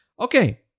Okay